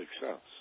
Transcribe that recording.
success